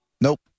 Nope